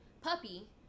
Puppy